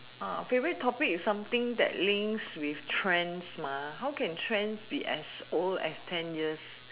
uh favourite topic is something that links with trends mah how can trends be as old as ten years